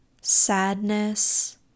sadness